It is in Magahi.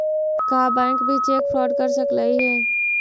का बैंक भी चेक फ्रॉड कर सकलई हे?